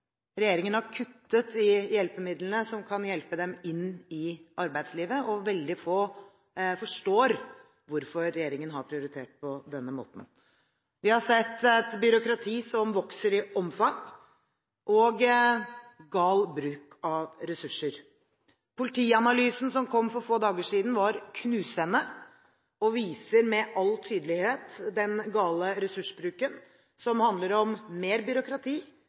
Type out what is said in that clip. Regjeringen har kuttet i hjelpemidlene som kan hjelpe dem inn i arbeidslivet. Veldig få forstår hvorfor regjeringen har prioritert på denne måten. Vi har sett et byråkrati som vokser i omfang, og gal bruk av ressurser. Politianalysen som kom for få dager siden, var knusende og viser med all tydelighet den gale ressursbruken, som handler om mer byråkrati